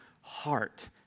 heart